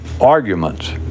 arguments